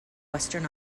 western